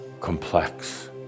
complex